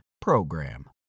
PROGRAM